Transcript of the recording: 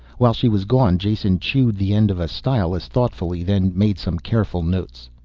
while she was gone, jason chewed the end of a stylus thoughtfully, then made some careful notes.